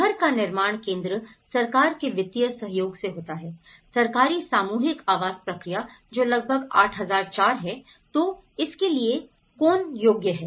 घर का निर्माण केंद्र सरकार के वित्तीय सहयोग से होता है सरकारी सामूहिक आवास प्रक्रिया जो लगभग 8004 है तो इसके लिए कौन योग्य है